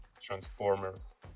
transformers